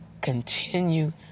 continue